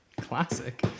Classic